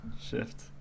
shift